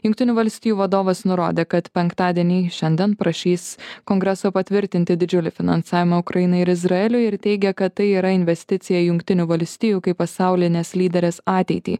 jungtinių valstijų vadovas nurodė kad penktadienį šiandien prašys kongreso patvirtinti didžiulį finansavimą ukrainai ir izraeliui ir teigia kad tai yra investicija į jungtinių valstijų kaip pasaulinės lyderės ateitį